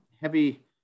heavy